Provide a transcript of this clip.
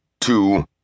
two